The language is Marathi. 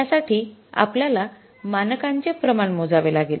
त्यासाठी आपल्याला मानकांचे प्रमाण मोजावे लागेल